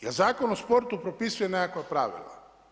Jel Zakon o sportu propisuje nekakva pravila?